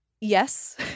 yes